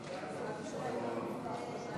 לשנת התקציב 2016,